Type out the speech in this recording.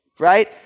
Right